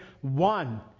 one